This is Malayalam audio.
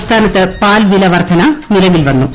സംസ്ഥാനത്ത് പാൽവില വർദ്ധന നിലവിൽവന്നു